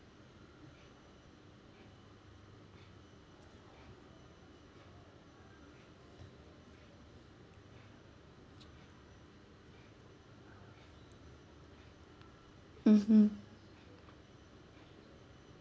mmhmm